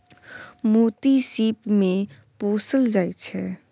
मोती सिप मे पोसल जाइ छै